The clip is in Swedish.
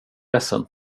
ledsen